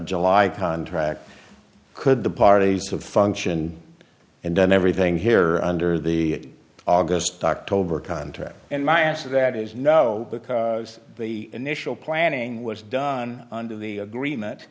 july contract could the parties have function and then everything here under the august dock tobar contract and my answer that is no because the initial planning was done under the agreement